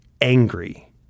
angry